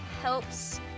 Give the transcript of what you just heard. helps